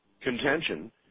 contention